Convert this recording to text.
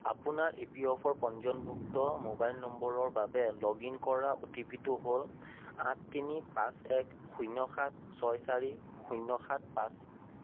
আপোনাৰ E P F O পঞ্জীয়নভুক্ত mobile নম্বৰৰ বাবে লগইন কৰা অ' টি পি টো হ'ল আঠ তিনি পাঁচ এক শূন্য সাত ছয় চাৰি শূন্য সাত পাঁচ